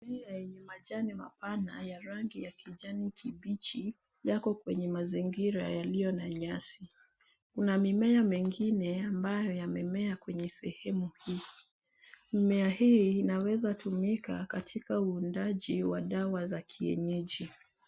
Miti yenye majani mapana ya kijani kibichi yako kwenye mazingira yaliyo na nyasi. Kuna mimea mengine ambayo yamemea kwenye sehemu hii. Mimea hii inaweza tumika katika uundaji wa dawa za kienyeji.